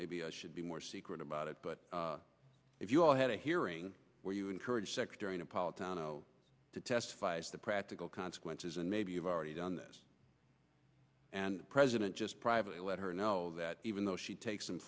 maybe i should be more secretive about it but if you all had a hearing where you encourage sex during apollo town to testify is the practical consequences and maybe you've already done this and president just privately let her know that even though she takes